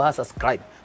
subscribe